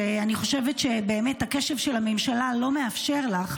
אני חושבת שבאמת הקשב של הממשלה לא מאפשר לך,